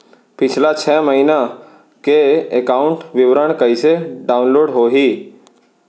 पिछला छः महीना के एकाउंट विवरण कइसे डाऊनलोड होही?